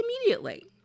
immediately